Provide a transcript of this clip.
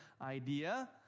idea